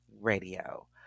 radio